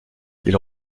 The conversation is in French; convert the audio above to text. ils